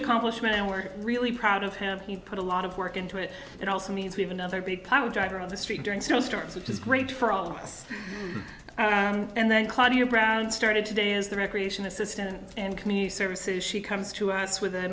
accomplishment and we're really proud of him he put a lot of work into it that also means we've another big pile driver of the street during snowstorms which is great for all of us and then claudia brown started today is the recreation assistance and community services she comes to us with a